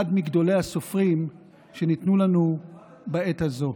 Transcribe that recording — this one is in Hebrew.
מגדולי הסופרים שניתנו לנו בעת הזאת.